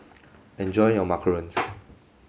enjoy your Macarons